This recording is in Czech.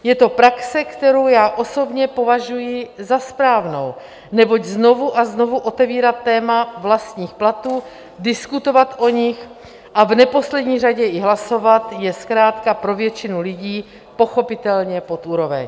Je to praxe, kterou já osobně považuji za správnou, neboť znovu a znovu otevírat téma vlastních platů, diskutovat o nich a v neposlední řadě i hlasovat, je zkrátka pro většinu lidí pochopitelně pod úroveň.